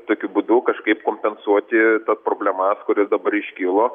tokiu būdu kažkaip kompensuoti tas problemas kurios dabar iškilo